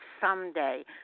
someday